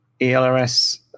ELRS